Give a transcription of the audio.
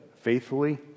faithfully